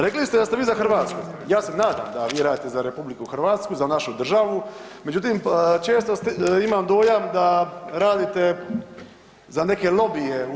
Rekli ste da vi za Hrvatsku, ja se nadam da vi radite za RH, za našu državu, međutim često imam dojam da radite za neke lobije u EU.